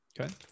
Okay